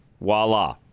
voila